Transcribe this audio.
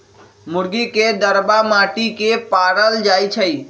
मुर्गी के दरबा माटि के पारल जाइ छइ